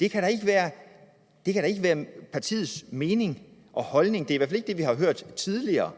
Det kan da ikke være partiets mening og holdning – det er i hvert fald ikke det, vi har hørt tidligere.